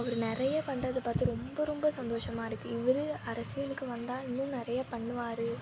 அவர் நிறைய பண்ணுறத பார்த்து ரொம்ப ரொம்ப சந்தோஷமாக இருக்குது இவரு அரசியலுக்கு வந்தால் இன்னும் நிறையா பண்ணுவார்